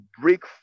break